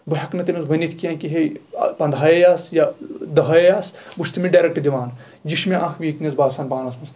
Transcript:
بہٕ ہٮ۪کہٕ نہٕ تٔمِس ؤنِتھ کیٚنٛہہ کہِ ہے پنٛدہے آسہٕ دٔہے آسہٕ بہٕ چھُس تٔمِس ڈَریکٹ دِوان یہِ چھِ مےٚ اکھ ویٖکنیٚس باسان پانَس منٛز